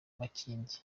makindye